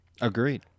Agreed